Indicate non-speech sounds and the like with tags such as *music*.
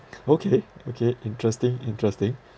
*noise* okay okay interesting interesting